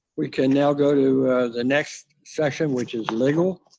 we can now go to the next section, which is legal.